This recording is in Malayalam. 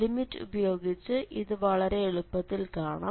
ലിമിറ്റ് ഉപയോഗിച്ച് ഇത് വളരെ എളുപ്പത്തിൽ കാണാം